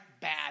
Bad